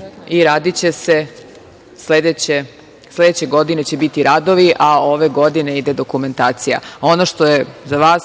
ga ovde, dakle, sledeće godine će biti radovi a ove godine ide dokumentacija. Ono što je za vas